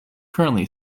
currently